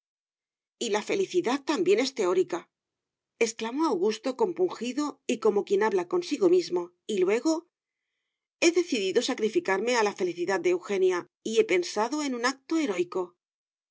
y la felicidad también es teórica exclamó augusto compungido y como quien habla consigo mismo y luego he decidido sacrificarme a la felicidad de eugenia y he pensado en un acto heroico